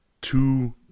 two